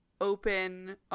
open